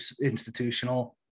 institutional